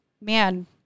man